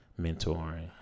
mentoring